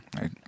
right